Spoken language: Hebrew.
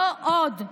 לא עוד.